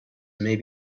may